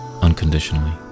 unconditionally